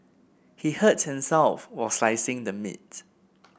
he hurt himself while slicing the meat